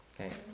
Okay